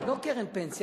לא קרן פנסיה.